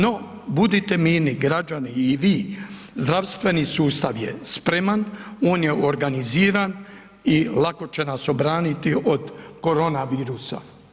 No, budite mirni građani i vi, zdravstveni sustav je spreman, on je organiziran i lako će nas obraniti od korona virusa.